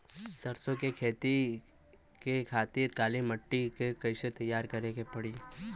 सरसो के खेती के खातिर काली माटी के कैसे तैयार करे के पड़ी?